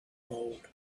gold